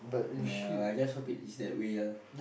no I just hope it's that way ah